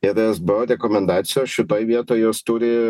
ir esbo rekomendacijos šitoj vietoj jos turi